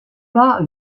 pas